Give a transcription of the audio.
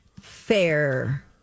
Fair